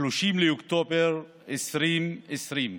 30 באוקטובר 2020,